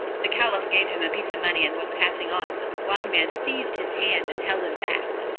the caliph gave him a piece of money, and was passing on, but the blind man seized his hand, and held him fast.